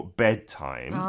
bedtime